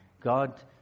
God